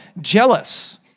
jealous